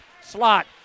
Slot